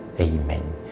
Amen